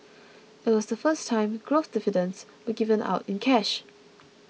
it was the first time growth dividends were given out in cash